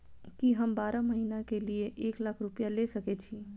की हम बारह महीना के लिए एक लाख रूपया ले सके छी?